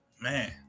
Man